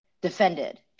defended